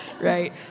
right